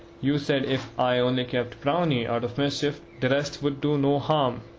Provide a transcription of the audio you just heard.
you said if i only kept browney out of mischief, the rest would do no harm.